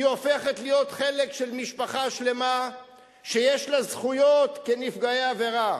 היא הופכת להיות חלק של משפחה שלמה שיש לה זכויות כנפגעי עבירה.